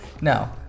No